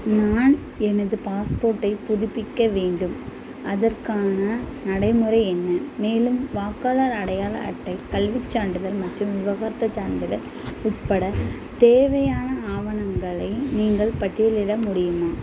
நான் எனது பாஸ்போட்டை புதுப்பிக்க வேண்டும் அதற்கான நடைமுறை என்ன மேலும் வாக்காளர் அடையாள அட்டை கல்விச் சான்றிதழ் மற்றும் விவாகரத்துச் சான்றிதழ் உட்பட தேவையான ஆவணங்களை நீங்கள் பட்டியலிட முடியுமா